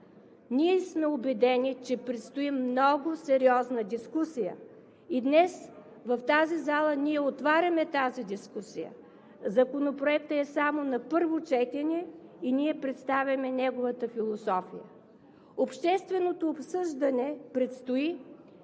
Ние сме убедени, че предстои много сериозна дискусия и днес в тази зала ние отваряме тази дискусия. Законопроектът е само на първо четене и ние представяме неговата философия. Общественото обсъждане предстои